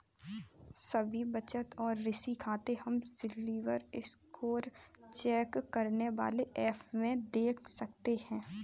सभी बचत और ऋण खाते हम सिबिल स्कोर चेक करने वाले एप में देख सकते है